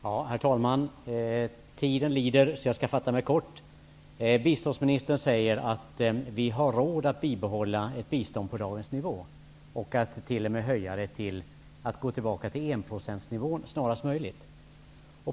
Herr talman! Tiden lider, så jag skall fatta mig kort. Biståndsministern säger att vi har råd att bibehålla ett bistånd på dagens nivå och t.o.m. att snarast möjligt återgå till enprocentsnivån.